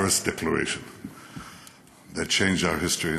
declaration that changed our history,